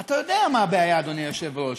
אתה יודע מה הבעיה, אדוני היושב-ראש,